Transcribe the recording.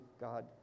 God